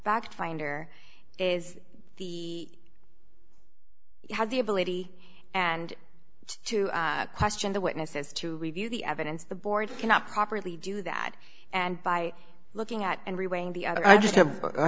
fact finder is the has the ability and to question the witnesses to review the evidence the board cannot properly do that and by looking at